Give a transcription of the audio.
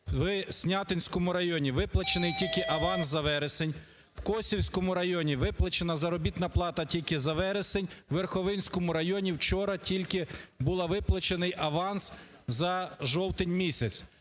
в Снятинському районі виплачений тільки аванс за вересень, в Косівському районі виплачена заробітна плата тільки за вересень, у Верховинському районі вчора тільки було виплачено аванс за жовтень місяць.